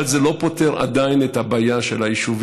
אבל זה לא פותר עדיין את הבעיה של היישובים,